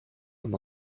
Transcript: him